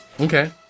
Okay